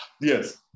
Yes